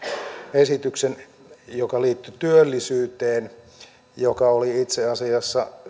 esityksen joka liittyi työllisyyteen ja joka oli itse asiassa